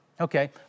Okay